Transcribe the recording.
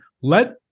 let